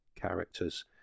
characters